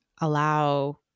allow